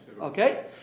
Okay